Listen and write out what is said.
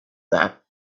that